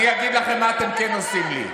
אני אגיד לכם מה אתם כן עושים לי,